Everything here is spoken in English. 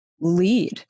lead